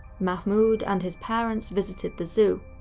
mahmoud and his parents visited the zoo,